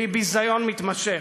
והיא ביזיון מתמשך.